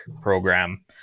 program